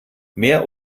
mehr